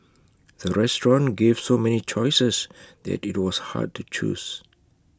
the restaurant gave so many choices that IT was hard to choose